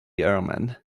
herman